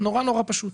נורא-נורא פשוט.